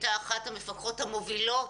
לעבוד אתה.